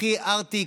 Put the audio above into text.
תיקחי ארטיק,